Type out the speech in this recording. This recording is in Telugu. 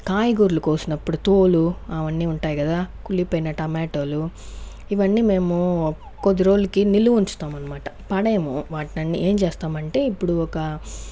కాయగూరలు కోసినప్పుడు తోలు అవన్నీ ఉంటాయి కదా కుళ్ళిపోయిన టమాటోలు ఇవన్నీ మేము కొద్దిరోజులకి నిలువు ఉంచుతాం అనమాట పడేయము వాటిని అన్ని ఏం చేస్తామంటే ఇప్పుడు ఒక